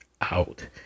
out